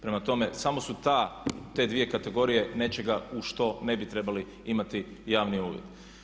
Prema tome, samo su te dvije kategorije nečega u što ne bi trebali imati javni uvid.